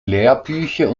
lehrbücher